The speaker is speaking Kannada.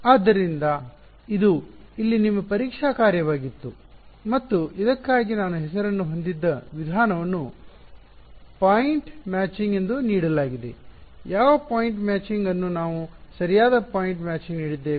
ಆದ್ದರಿಂದ ಇದು ಇಲ್ಲಿ ನಿಮ್ಮ ಪರೀಕ್ಷಾ ಕಾರ್ಯವಾಗಿತ್ತು ಮತ್ತು ಇದಕ್ಕಾಗಿ ನಾನು ಹೆಸರನ್ನು ಹೊಂದಿದ್ದ ವಿಧಾನವನ್ನು ಪಾಯಿಂಟ್ ಮ್ಯಾಚಿಂಗ್ ಎಂದು ನೀಡಲಾಗಿದೆ ಯಾವ ಪಾಯಿಂಟ್ ಮ್ಯಾಚಿಂಗ್ ಅನ್ನು ನಾವು ಸರಿಯಾದ ಪಾಯಿಂಟ್ ಮ್ಯಾಚಿಂಗ್ ನೀಡಿದ್ದೇವೆ